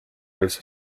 als